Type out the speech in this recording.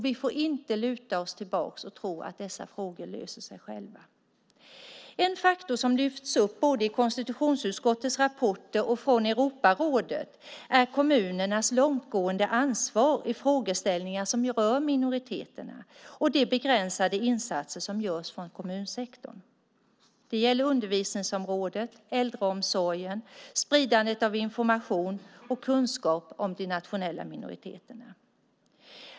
Vi får inte luta oss tillbaka och tro att dessa frågor löser sig själva. En faktor som lyfts fram både i konstitutionsutskottets rapporter och av Europarådet är kommunernas långtgående ansvar i frågor som rör minoriteterna och de begränsade insatser som görs från kommunsektorn. Det gäller undervisningsområdet, äldreomsorgen och spridandet av information och kunskap om de nationella minoriteterna.